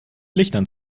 lichtern